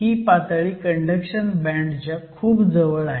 ही पातळी कंडक्शन बँडच्या खूप जवळ आहे